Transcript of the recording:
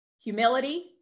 humility